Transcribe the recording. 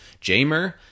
Jamer